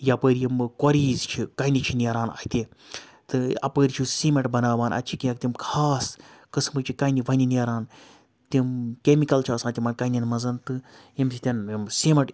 یَپٲرۍ یِمہٕ کوریز چھِ کَنہِ چھِ نیران اَتہِ تہٕ اَپٲرۍ چھُ سیٖمنٛٹ بَناوان اَتہِ چھِ کینٛہہ تِم خاص قٕسمٕچہِ کَنہِ وَنہِ نیران تِم کیٚمِکَل چھِ آسان تِمَن کَنٮ۪ن منٛز تہٕ ییٚمہِ سۭتۍ سیٖمَٹ